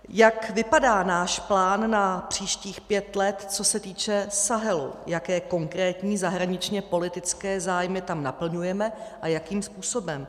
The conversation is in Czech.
Jak vypadá náš plán na příštích pět let, co se týče Sahelu, jaké konkrétní zahraničněpolitické zájmy tam naplňujeme a jakým způsobem?